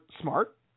smart